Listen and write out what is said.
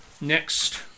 next